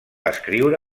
escriure